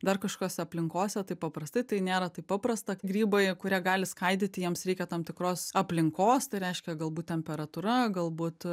dar kažkiose aplinkose tai paprastai tai nėra taip paprasta grybai kurie gali skaidyti jiems reikia tam tikros aplinkos tai reiškia galbūt temperatūra galbūt